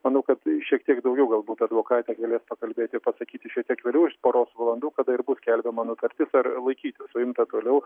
manau kad šiek tiek daugiau galbūt advokatė galės pakalbėti pasakyti šiek tiek vėliau už poros valandų kada ir bus skelbiama nutartis ar laikyti suimtą toliau